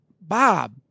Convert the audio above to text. Bob